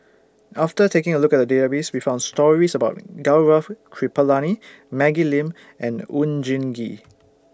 after taking A Look At The Database We found stories about Gaurav Kripalani Maggie Lim and Oon Jin Gee